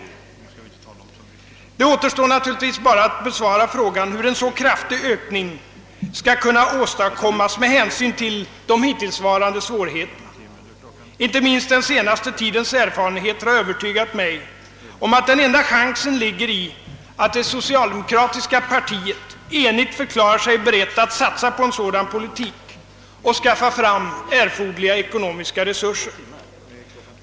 Det återstår naturligtvis bara att besvara frågan hur en så kraftig ökning skall kunna åstadkommas med hänsyn till de hittillsvarande svårigheterna. Inte minst den senaste tidens erfarenheter har övertygat mig om att den enda chansen är, att det socialdemokratiska partiet enigt förklarat sig berett att satsa på en sådan politik och att skaffa fram erforderliga ekomomiska resurser.